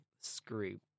screw